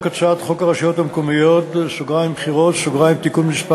הרשויות המקומיות (בחירות) (תיקון מס'